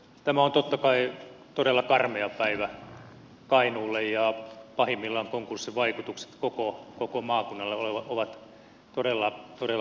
tämä on totta kai todella karmea päivä kainuulle ja pahimmillaan konkurssin vaikutukset koko maakunnalle ovat todella synkät